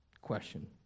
question